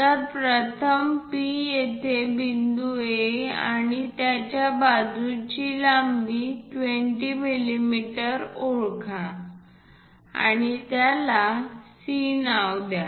तर प्रथम P येथे बिंदू A आणि त्याच्या बाजूची लांबी 20 मिमी ओळखा आणि त्याला C नाव द्या